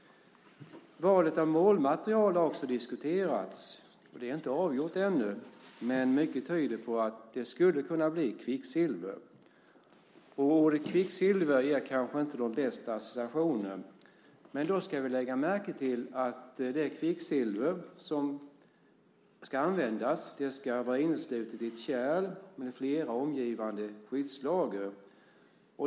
Valet av målmaterial har också diskuterats. Det är inte avgjort ännu, men mycket tyder på att det skulle kunna bli kvicksilver. Ordet kvicksilver ger kanske inte de bästa associationer, men då ska vi lägga märke till att det kvicksilver som ska användas ska vara inneslutet i ett kärl med flera omgivande skyddslager.